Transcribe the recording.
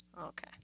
Okay